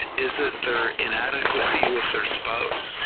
is that their inadequacy with their spouse,